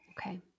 Okay